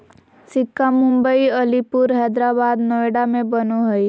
सिक्का मुम्बई, अलीपुर, हैदराबाद, नोएडा में बनो हइ